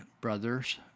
brothers